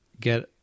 get